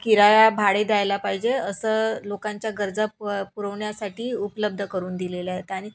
किराया भाडे द्यायला पाहिजे असं लोकांच्या गरजा प पुरवण्यासाठी उपलब्ध करून दिलेल्या आहेत आणि